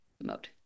mode